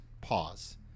pause